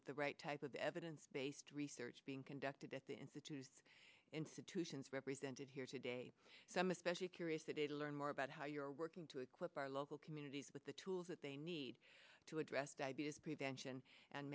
with the right type of evidence based research being conducted at the institutes institutions represented here today some especially curiosity to learn more about how you're working to equip our local communities with the tools that they need to address diabetes prevention and